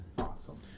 awesome